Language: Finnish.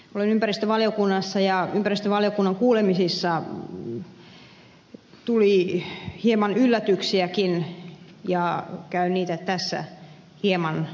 olen ympäristövaliokunnassa ja ympäristövaliokunnan kuulemisissa tuli hieman yllätyksiäkin ja käyn niitä tässä hieman läpi